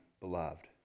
beloved